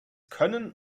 können